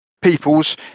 peoples